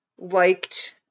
liked